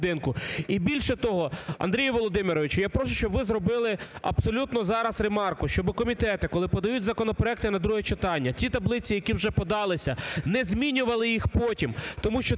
І більше того, Андрій Володимирович, я прошу, щоб ви зробили абсолютно зараз ремарку, щоби комітети, коли подають законопроекти на друге читання, ті таблиці, які вже подалися, не змінювали їх потім. Тому що